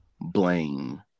blame